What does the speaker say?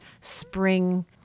spring